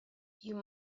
you